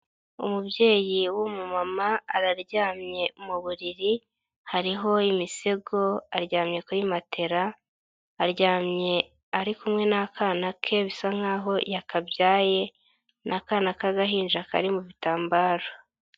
Umubyeyi w'umumama araryamye mu buriri, hariho imisego aryamye kuri matera, aryamye ari kumwe n'akana ke bisa nkaho yakabyaye, ni akana k'agahinja kari mu bitambaro.